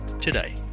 today